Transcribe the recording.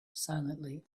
silently